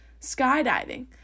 skydiving